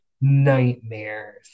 nightmares